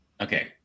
Okay